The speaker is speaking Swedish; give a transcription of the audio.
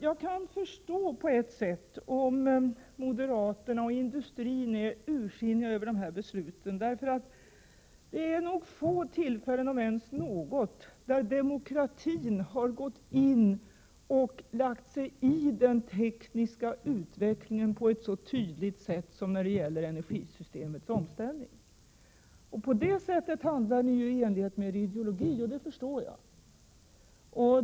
Jag kan på ett sätt förstå om moderaterna och industrin är ursinniga över dessa beslut därför att det nog är vid få tillfällen — om ens något —- som demokratin har gått in och lagt sig i den tekniska utvecklingen på ett så tydligt sätt som när det gäller energisystemets omställning. På det sättet handlar ni i enlighet med er ideologi, och det förstår jag.